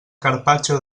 carpaccio